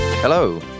Hello